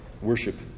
worship